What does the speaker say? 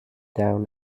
down